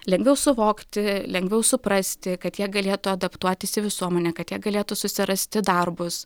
lengviau suvokti lengviau suprasti kad jie galėtų adaptuotis į visuomenę kad jie galėtų susirasti darbus